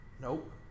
Nope